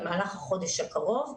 במהלך החודש הקרוב,